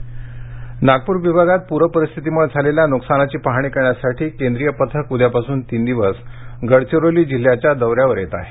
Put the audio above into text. पूर आढावा गडचिरोली नागपूर विभागात पूर परिस्थितीमुळे झालेल्या नुकसानीची पाहणी करण्यासाठी केंद्रीय पथक उद्यापासून तीन दिवस गडचिरोली जिल्ह्याच्या दौऱ्यावर येत आहे